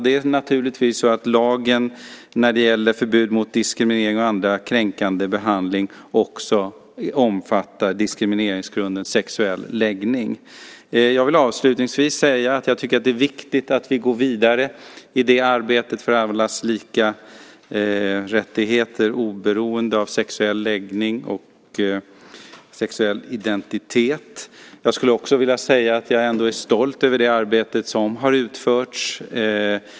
Det är naturligtvis så att lagen om förbud mot diskriminering och annan kränkande behandling också omfattar diskrimineringsgrunden sexuell läggning. Jag vill avslutningsvis säga att jag tycker att det är viktigt att vi går vidare med arbetet för allas lika rättigheter, oberoende av sexuell läggning och sexuell identitet. Låt mig också säga att jag trots allt är stolt över det arbete som utförts.